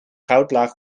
goudlaag